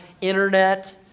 internet